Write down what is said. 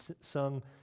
sung